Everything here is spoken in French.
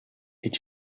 est